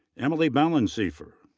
emma like balensiefer.